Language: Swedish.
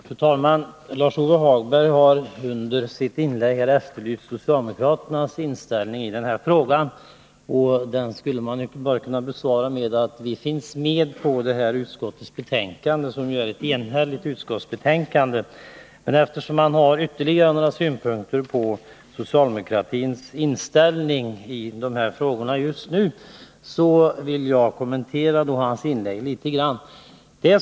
Fru talman! Lars-Ove Hagberg har i sitt inlägg efterlyst socialdemokraternas inställning i denna fråga. På det skulle man bara kunna svara att vi står bakom det här utskottsbetänkandet, som ju är enhälligt. Men eftersom Lars-Ove Hagberg har ytterligare några synpunkter på socialdemokratins inställning i de här frågorna just nu, vill jag kommentera hans inlägg litet grand.